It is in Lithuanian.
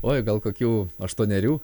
oi gal kokių aštuonerių